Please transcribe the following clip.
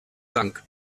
trank